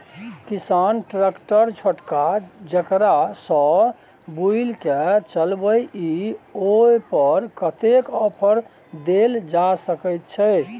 किसान ट्रैक्टर छोटका जेकरा सौ बुईल के चलबे इ ओय पर कतेक ऑफर दैल जा सकेत छै?